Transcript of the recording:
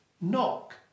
knock